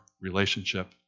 relationship